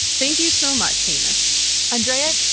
thank you so much, hamish and yeah